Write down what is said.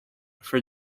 for